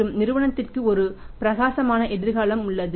மற்றும் நிறுவனத்திற்கு ஒரு பிரகாசமான எதிர்காலம் உள்ளது